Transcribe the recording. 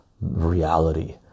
reality